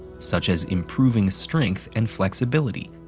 such as improving strength and flexibility,